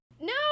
No